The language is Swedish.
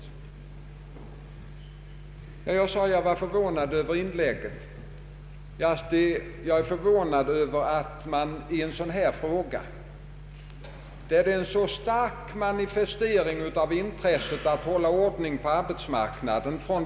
Som jag nyss sade är jag förvånad över inläggen från de borgerliga partiernas sida. Här har man från löntagarorganisationernas sida starkt manifesterat intresset av att hålla ordning på arbetsmarknaden.